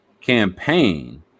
campaign